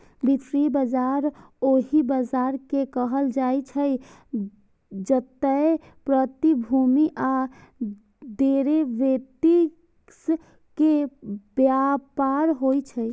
वित्तीय बाजार ओहि बाजार कें कहल जाइ छै, जतय प्रतिभूति आ डिरेवेटिव्स के व्यापार होइ छै